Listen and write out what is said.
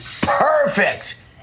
perfect